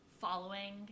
following